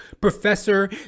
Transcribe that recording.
Professor